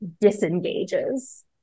disengages